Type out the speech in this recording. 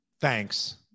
Thanks